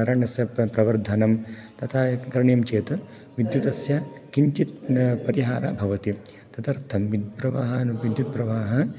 अरण्यस्य प्रवर्धनं तथा करणीयं चेत् विद्युतस्य किञ्चित् परिहारः भवति तदर्थं विद्प्रहः विद्युत् प्रवाहः